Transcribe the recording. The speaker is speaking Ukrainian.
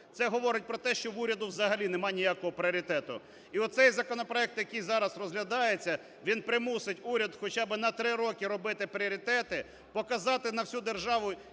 Це говорить про те, що в уряду взагалі немає ніякого пріоритету. І оцей законопроект, який зараз розглядається, він примусить уряд хоча би на три роки робити пріоритети, показати на всю державу,